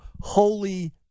Holy